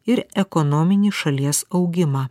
ir ekonominį šalies augimą